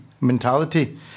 mentality